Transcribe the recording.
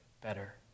better